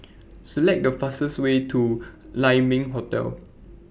Select The fastest Way to Lai Ming Hotel